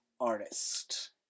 artist